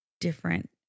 different